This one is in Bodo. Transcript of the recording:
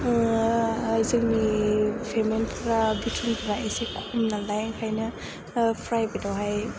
जोंनि पेमेन्टफ्रा बेथनफ्रा एसे खम नालाय ओंखायनो प्राइभेटआवहाय